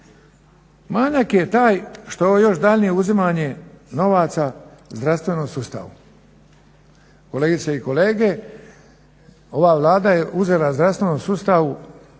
Manjak je taj što još daljnje uzimanje novaca zdravstvenom sustavu. Kolegice i kolege, ova Vlada je uzela zdravstvenom sustavu